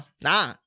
Nah